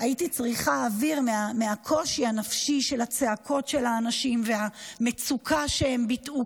הייתי צריכה אוויר מהקושי הנפשי של הצעקות של האנשים והמצוקה שהם ביטאו,